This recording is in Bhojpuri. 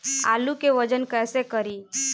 आलू के वजन कैसे करी?